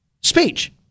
speech